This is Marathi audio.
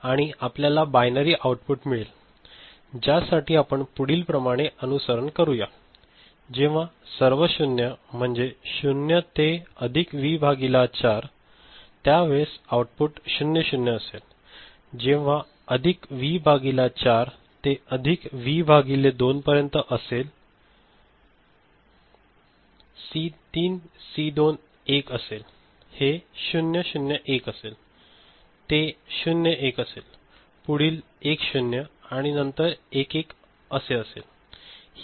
आणि आपल्याला बायनरी आउटपुट मिळेल ज्या साठी आपण पुढील प्रमाणे अनुसरण करूया जेव्हा सर्व 0 म्हणजे 0 ते अधिक व्ही भागिले 4 तर आउटपुट 0 0 असेल जेव्हा अधिक व्ही भागिले 4 ते अधिक व्ही भागिले 2 पर्यंत असेल सी 3 सी 2 सी 1 हे 0 0 1 असेल ते 0 1 असेल पुढील 1 0 आणि नंतर 1 1 असेल